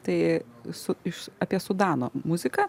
tai su iš apie sudano muziką